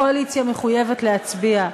הקואליציה מחויבת להצביע.